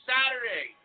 Saturday